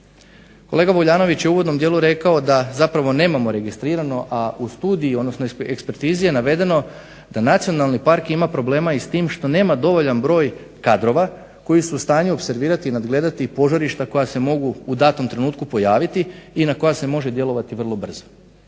Kolega Vuljanović je uvodnom dijelu rekao da nemamo registrirano a u studiji je navedeno da Nacionalni park ima problema s tim što nema dovoljan broj kadrova, koji su u stanju apsorvirati i nadgledati požarišta koja se mogu u datom trenutku pojaviti i na koja se može djelovati vrlo brzo.